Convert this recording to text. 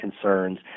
concerns